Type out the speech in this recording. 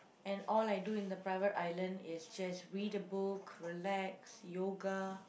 and all I do in the private island is just read a book relax yoga